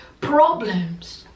problems